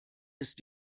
ist